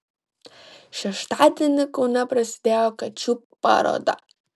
šeštadienį kaune prasidėjo kačių paroda